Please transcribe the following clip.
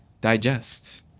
digest